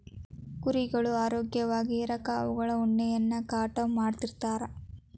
ಕುರಿಗಳು ಆರೋಗ್ಯವಾಗಿ ಇರಾಕ ಅವುಗಳ ಉಣ್ಣೆಯನ್ನ ಕಟಾವ್ ಮಾಡ್ತಿರ್ತಾರ